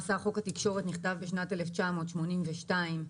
התקשורת נכתב ב-1982.